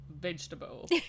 vegetable